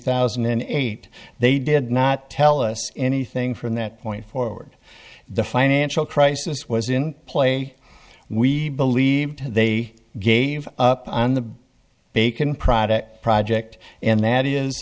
thousand and eight they did not tell us anything from that point forward the financial crisis was in play we believed they gave up on the bacon product project and that is